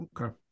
Okay